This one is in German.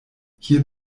hier